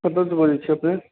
कतऽसँ बजैत छियै अपने